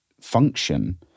function